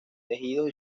tejidos